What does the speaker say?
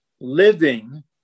living